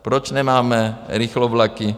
Proč nemáme rychlovlaky?